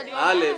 (א)